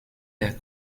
der